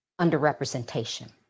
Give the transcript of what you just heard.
underrepresentation